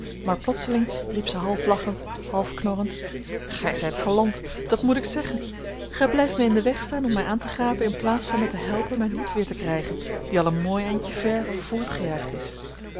maar plotseling riep zij half lachend half knorrend gij zijt galant dat moet ik zeggen gij blijft mij in den weg staan om mij aan te gapen in plaats van mij te helpen mijn hoed weer te krijgen die al een mooi eindje ver voortgejaagd is